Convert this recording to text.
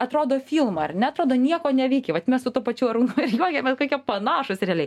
atrodo filmą ar ne atrodo nieko neveiki vat mes su tuo pačiu arūnu ir juokiamės kokie panašūs realiai